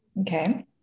Okay